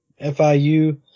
FIU